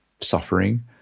suffering